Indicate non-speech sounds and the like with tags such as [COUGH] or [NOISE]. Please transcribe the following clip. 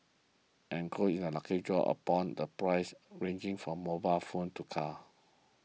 and enclosed is a lucky draw [UNINTELLIGIBLE] the prizes ranging from mobile phones to cars